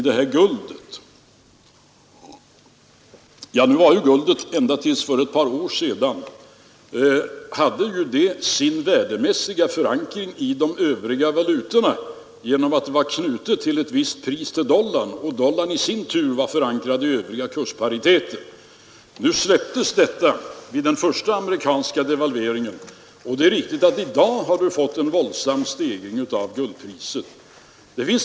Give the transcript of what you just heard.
Men guldet hade ju ända tills för ett par år sedan sin värdemässiga förankring i de övriga valutorna genom att det var knutet till ett visst pris på dollarn, och dollarn i sin tur var förankrad i övriga kurspariteter. Vid den första amerikanska devalveringen släpptes detta. Det är riktigt att vi i dag har fått en våldsam stegring av guldpriset.